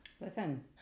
Listen